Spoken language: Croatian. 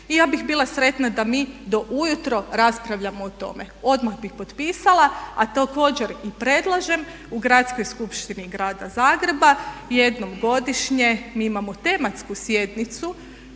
Ja bih bila sretna da mi do ujutro raspravljamo o tome. Odmah bih potpisala a također i predlažem u Gradskoj skupštini grada Zagreba jednom godišnje mi imamo tematsku sjednicu